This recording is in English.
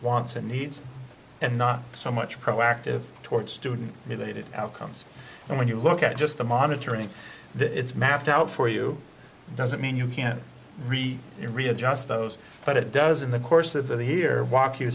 wants and needs and not so much proactive towards student related outcomes and when you look at just the monitoring the it's mapped out for you doesn't mean you can't read your readjust those but it does in the course of that here walk